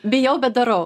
bijau bet darau